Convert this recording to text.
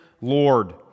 Lord